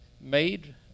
made